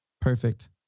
Perfect